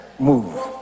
move